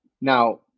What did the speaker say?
Now